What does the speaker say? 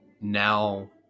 now